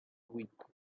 week